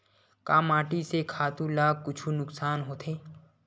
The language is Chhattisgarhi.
का माटी से खातु ला कुछु नुकसान होथे?